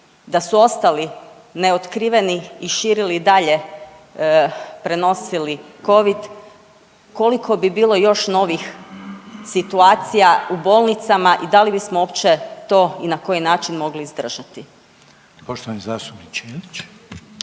da su ostali neotkriveni i širili i dalje, prenosili covid koliko bi bilo još novih situacija u bolnicama i da li bismo uopće to i na koji način mogli izdržati.